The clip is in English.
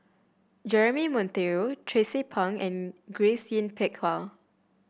Jeremy Monteiro Tracie Pang and Grace Yin Peck Ha